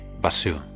Basu